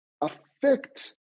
affect